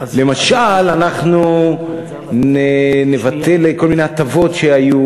למשל אנחנו נבטל כל מיני הטבות שהיו,